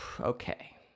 Okay